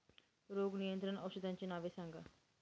रोग नियंत्रण औषधांची नावे सांगा?